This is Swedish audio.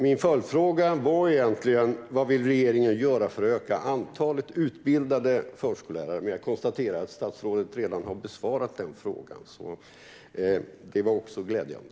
Min följdfråga gällde egentligen vad regeringen vill göra för att öka antalet utbildade förskollärare, men jag konstaterar att statsrådet redan har besvarat den frågan. Det var också glädjande.